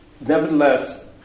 nevertheless